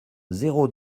zéro